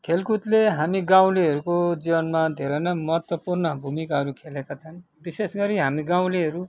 खेलकुदले हाम्रो गाउँलेहरू को जीवनमा धेरै नै महत्त्वपूर्ण भूमिकाहरू खेलेका छन् विशेष गरी हामी गाउँलेहरू